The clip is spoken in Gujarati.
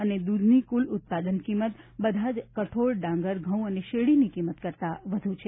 અને દૂધની કુલ ઉત્પાદન કિંમત બધા કઠોળ ડાંગર ઘઉં અને શેરડીની કિંમત કરતાં વધુ છે